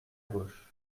gauche